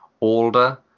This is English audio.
Older